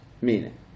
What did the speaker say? meaning